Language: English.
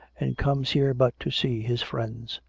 and comes here but to see his friends.